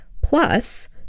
Plus